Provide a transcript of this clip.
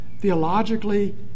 theologically